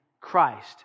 Christ